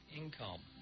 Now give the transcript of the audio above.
income